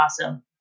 awesome